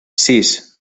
sis